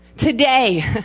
Today